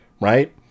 right